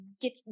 get